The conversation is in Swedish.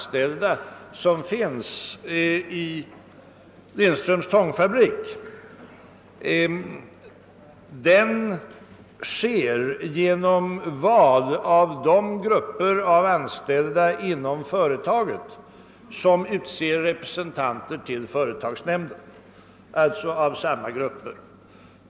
ställda som finns i Lindströms tångfabrik sker genom val av de grupper av anställda inom företaget som utser representanter till företagsnämnden.